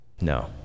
No